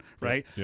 right